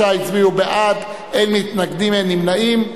23 הצביעו בעד, אין מתנגדים, אין נמנעים.